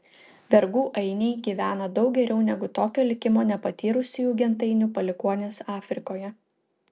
vergų ainiai gyvena daug geriau negu tokio likimo nepatyrusiųjų gentainių palikuonys afrikoje